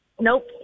Nope